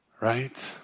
Right